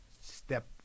step